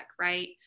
right